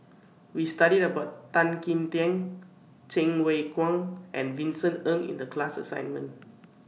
We studied about Tan Kim Tian Cheng Wai Keung and Vincent Ng in The class assignment